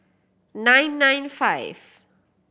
nine nine five